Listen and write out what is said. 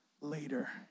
later